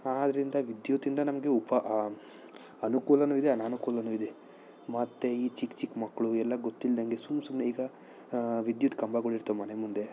ಆದ್ರಿಂದ ವಿದ್ಯುತ್ತಿಂದ ನಮಗೆ ಉಪ ಅನುಕೂಲವೂ ಇದೆ ಅನನುಕೂಲವೂ ಇದೆ ಮತ್ತೆ ಈ ಚಿಕ್ಕ ಚಿಕ್ಕ ಮಕ್ಳು ಎಲ್ಲ ಗೊತ್ತಿಲ್ದಂಗೆ ಸುಮ್ಮ ಸುಮ್ಮನೆ ಈಗ ವಿದ್ಯುತ್ ಕಂಬಗಳಿರ್ತಾವೆ ಮನೆ ಮುಂದೆ